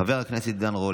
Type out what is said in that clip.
חבר הכנסת עידן רול,